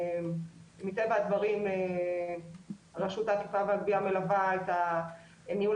מטבע הדברים רשות האכיפה והגבייה מלווה את ניהול